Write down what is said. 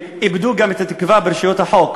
הם איבדו גם את התקווה ביחס לרשויות החוק,